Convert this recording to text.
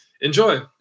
enjoy